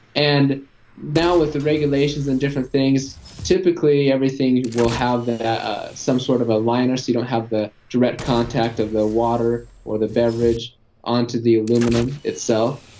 and now with the regulations and different things, typically everything will have ah some sort of a liner so you don't have the direct contact of the water, or the beverage onto the aluminum itself,